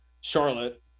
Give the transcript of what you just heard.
Charlotte